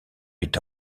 huit